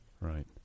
Right